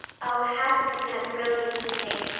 oh, hasn't it been a brilliant evening?